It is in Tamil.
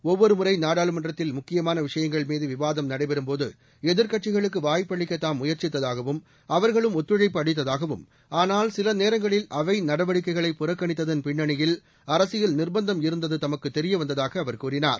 ஒவ்வொரு முறை நாடாளுமன்றத்தில் முக்கியமான விஷயங்கள்மீது விவாதம் நடைபெறும்போது எதிர்க்கட்சிகளுக்கு வாய்ப்பளிக்க தாம் முயற்சித்ததாகவும் அவர்களும் ஒத்துழைப்பு அளித்ததாகவும் ஆனால் சில நேரங்களில் அவை நடவடிக்கைகளை புறக்கணித்ததன் பின்னணியில் அரசியல் நிர்பந்தம் இருந்தது தமக்கு தெரியவந்ததாக அவர் கூறினார்